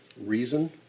reason